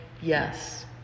yes